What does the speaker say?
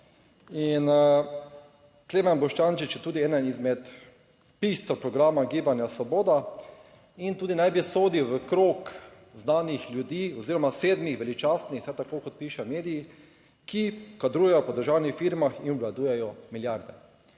Svoboda - je tudi eden izmed piscev programa Gibanja Svoboda in tudi naj bi sodil v krog znanih ljudi oziroma sedmih veličastnih. Vsaj tako, kot pišejo mediji, ki kadrujejo po državnih firmah in obvladujejo milijarde.